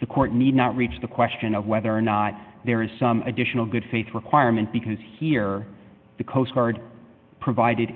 the court need not reach the question of whether or not there is some additional good faith requirement because here the coast guard provided